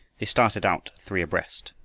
they started out three abreast,